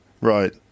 Right